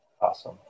Awesome